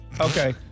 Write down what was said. Okay